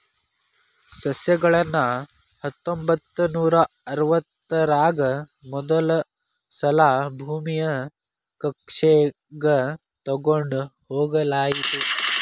ಸಸ್ಯಗಳನ್ನ ಹತ್ತೊಂಬತ್ತನೂರಾ ಅರವತ್ತರಾಗ ಮೊದಲಸಲಾ ಭೂಮಿಯ ಕಕ್ಷೆಗ ತೊಗೊಂಡ್ ಹೋಗಲಾಯಿತು